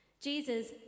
Jesus